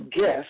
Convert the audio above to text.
guess